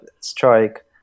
strike